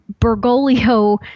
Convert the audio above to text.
Bergoglio